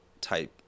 type